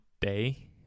day